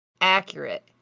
accurate